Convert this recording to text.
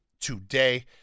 today